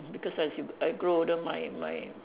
because as you as I grow older my my